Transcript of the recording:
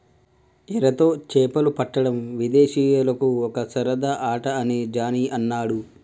ఎరతో చేపలు పట్టడం విదేశీయులకు ఒక సరదా ఆట అని జానీ అన్నాడు